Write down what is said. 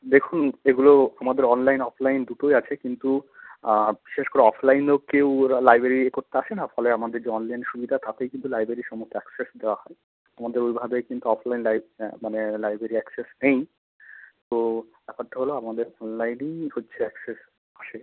দেখুন এগুলো আমাদের অনলাইন অফলাইন দুটোই আছে কিন্তু বিশেষ করে অফলাইনেও কেউ ওরা লাইব্রেরি ইয়ে করতে আসে না ফলে আমাদের যে অনলাইন সুবিধা তাতেই কিন্তু লাইব্রেরির সমস্ত অ্যাক্সেস দেওয়া হয় আমাদের ওইভাবে কিন্তু অফলাইন লাই মানে লাইব্রেরি অ্যাক্সেস নেই তো ব্যাপারটা হলো আমাদের অনলাইনই হচ্ছে অ্যাক্সেস আছে